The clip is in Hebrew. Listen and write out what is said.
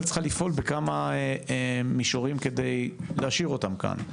צריכה לפעול בכמה מישורים כדי להשאיר אותם כאן.